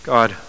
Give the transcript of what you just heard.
God